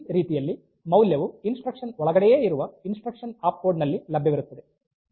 ಈ ರೀತಿಯಲ್ಲಿ ಮೌಲ್ಯವು ಇನ್ಸ್ಟ್ರಕ್ಷನ್ ಒಳಗಡೆಯೇ ಇರುವ ಇನ್ಸ್ಟ್ರಕ್ಷನ್ ಅಪ್ ಕೋಡ್ ನಲ್ಲಿ ಲಭ್ಯವಿರುತ್ತದೆ